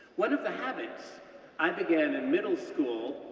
one of the habits i began in middle school,